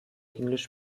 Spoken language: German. english